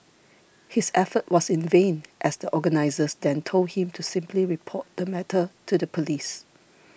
his effort was in vain as the organisers then told him to simply report the matter to the police